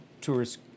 tourist